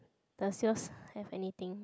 does yours have anything